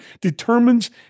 determines